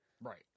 Right